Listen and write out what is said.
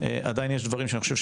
עדיין יש דברים שאני חושב,